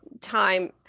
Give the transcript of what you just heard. time